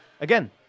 again